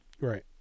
Right